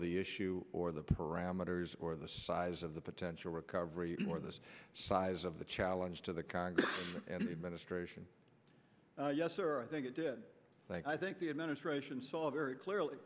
the issue or the parameters or the size of the potential recovery or this size of the challenge to the congress and the administration yes sir i think it did think i think the administration saw very clearly